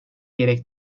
gerek